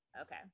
Okay